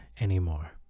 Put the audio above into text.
anymore